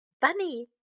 Bunny